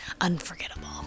unforgettable